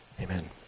amen